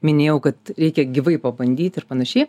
minėjau kad reikia gyvai pabandyt ir panašiai